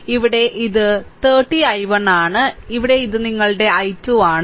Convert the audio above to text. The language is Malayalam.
ഇവിടെ ഇത് 30 i1 ആണ് ഇവിടെ ഇത് നിങ്ങളുടെ i2 ആണ്